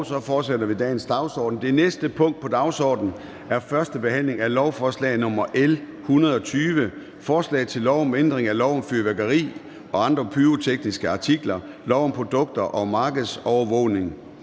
Det er vedtaget. --- Det næste punkt på dagsordenen er: 11) 1. behandling af lovforslag nr. L 120: Forslag til lov om ændring af lov om fyrværkeri og andre pyrotekniske artikler, lov om produkter og markedsovervågning,